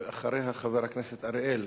ואחריה, חבר הכנסת אורי אריאל,